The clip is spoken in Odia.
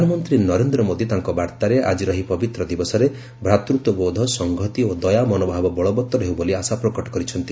ପ୍ରଧାନମନ୍ତ୍ରୀ ନରେନ୍ଦ୍ର ମୋଦୀ ତାଙ୍କ ବାର୍ତ୍ତାରେ ଆଜିର ଏହି ପବିତ୍ର ଦିବସରେ ଭ୍ରାତୃତ୍ୱବୋଧ ସଂହତି ଓ ଦୟା ମନୋଭାବ ବଳବତ୍ତର ହେଉ ବୋଲି ଆଶା ପ୍ରକଟ କରିଛନ୍ତି